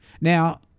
Now